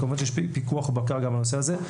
כמובן יש פיקוח גם בנושא הזה.